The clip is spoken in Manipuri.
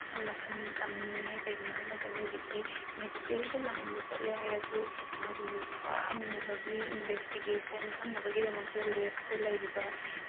ꯃꯈꯜ ꯃꯈꯜ ꯇꯝꯅꯤꯡꯉꯦ ꯀꯩꯒꯤꯅꯣ ꯍꯥꯏꯕ ꯃꯇꯝꯗ ꯍꯧꯖꯤꯛꯇꯤ ꯃꯦꯗꯤꯀꯦꯜꯗ ꯂꯥꯏꯟꯗ ꯆꯠꯂꯦ ꯍꯥꯏꯔꯁꯨ ꯃꯥꯒꯤ ꯈꯪꯅꯕꯒꯤ ꯏꯟꯕꯦꯁꯇꯤꯀꯦꯁꯟ ꯈꯪꯅꯕꯒꯤꯗꯃꯛꯇ ꯂꯦꯞꯇ ꯂꯩꯔꯤꯕ